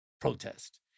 protest